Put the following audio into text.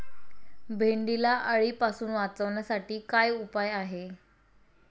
भेंडीला अळीपासून वाचवण्यासाठी काय उपाय आहे?